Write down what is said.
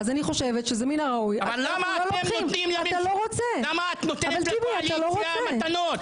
מן הראוי --- למה את נותנת לקואליציה מתנות?